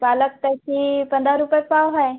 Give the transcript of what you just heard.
पालक तशी पंधरा रुपये पाव आहे